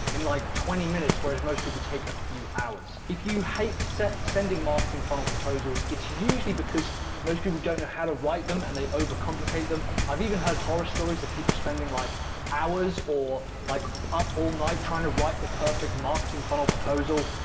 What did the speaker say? in like twenty minutes, whereas most people take a few hours. if you hate set sending marketing funnel proposals, it's usually because most people don't know how to write them. and they overcomplicate them i've even heard horror stories of people spending like hours or like up all night trying to write the perfect marketing funnel proposal,